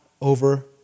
over